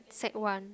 sec one